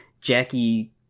Jackie